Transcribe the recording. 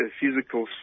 physical